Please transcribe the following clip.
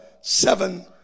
seven